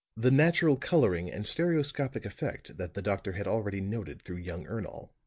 the natural coloring and stereoscopic effect that the doctor had already noted through young ernol.